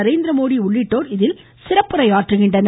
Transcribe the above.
நரேந்திர மோடி உள்ளிட்டோர் சிறப்புரை ஆற்றுகின்றனர்